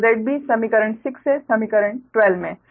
और 𝒁𝑩 समीकरण 6 से समीकरण 12 में